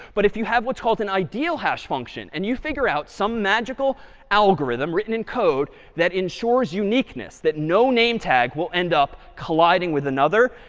but if you have what's called an ideal hash function and you figure out some magical algorithm written in code that ensures uniqueness that no name tag will end up colliding with another,